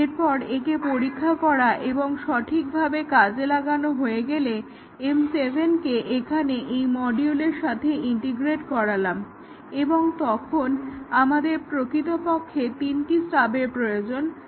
এরপর একে পরীক্ষা করা এবং সঠিকভাবে কাজে লাগানো হয়ে গেলে M7 কে এখানে এই মডিউলের সাথে ইন্টিগ্রেট করালাম এবং তখন আমাদের প্রকৃতপক্ষে তিনটি স্টাবের প্রয়োজন হবে